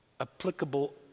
applicable